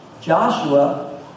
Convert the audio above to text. Joshua